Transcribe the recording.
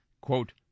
quote